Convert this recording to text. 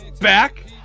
back